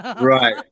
Right